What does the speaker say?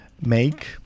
make